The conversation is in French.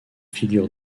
figure